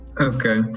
Okay